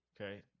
Okay